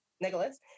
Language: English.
Nicholas